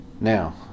Now